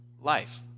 life